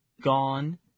gone